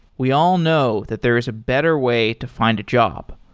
we all know that there is a better way to find a job.